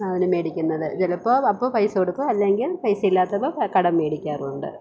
സാധനം മേടിക്കുന്നത് ചിലപ്പോൾ അപ്പം പൈസ കൊടുക്കും അല്ലെങ്കില് പൈസ ഇല്ലാത്തപ്പം കടം മേടിക്കാറും ഉണ്ട്